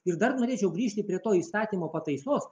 ir dar norėčiau grįžti prie to įstatymo pataisos